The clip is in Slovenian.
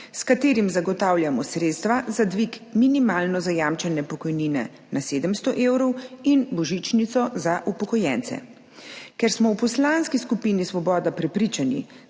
s katerim zagotavljamo sredstva za dvig minimalno zajamčene pokojnine na 700 evrov in božičnico za upokojence. Ker smo v Poslanski skupini Svoboda prepričani,